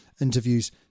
interviews